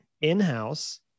in-house